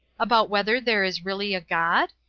about whether there is really a god?